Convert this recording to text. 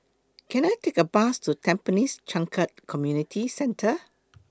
Can I Take A Bus to Tampines Changkat Community Centre